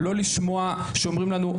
לא לשמוע שאומרים לנו,